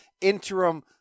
interim